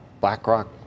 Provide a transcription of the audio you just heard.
BlackRock